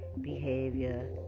behavior